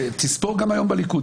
תספור גם היום בליכוד,